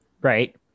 Right